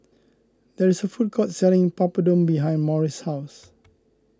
there is a food court selling Papadum behind Morris' house